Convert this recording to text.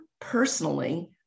personally